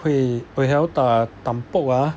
会 buay hiao da dan bo ah